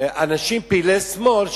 פעילי שמאל,